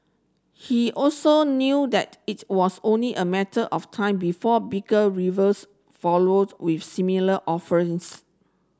he also knew that it was only a matter of time before bigger followed with similar offerings